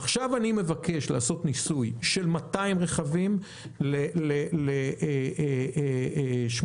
עכשיו אני מבקש לעשות ניסוי עם 200 רכבים ל-8 חודשים,